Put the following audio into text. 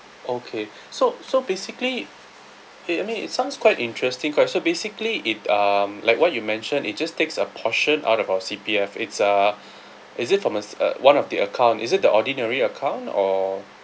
okay so so basically eh I mean it sounds quite interesting qhair so basically it um like what you mentioned it just takes a portion out of our C_P_F it's a is it from us uh one of the account is it the ordinary account or